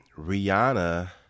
Rihanna